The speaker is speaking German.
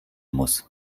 muss